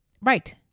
Right